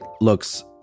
looks